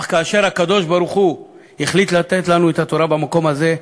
אך כאשר הקדוש ברוך-הוא החליט לתת לנו את התורה במקום הזה,